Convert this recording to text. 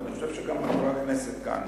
ואני חושב שגם חברי הכנסת כאן